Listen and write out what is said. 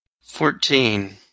Fourteen